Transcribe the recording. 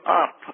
up